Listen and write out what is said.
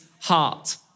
heart